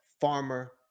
farmer